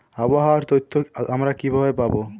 আবহাওয়ার তথ্য আমরা কিভাবে পাব?